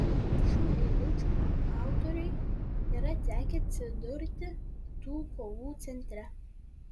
šių eilučių autoriui yra tekę atsidurti tų kovų centre